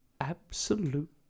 absolute